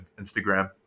Instagram